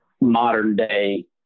modern-day